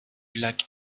lac